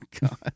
God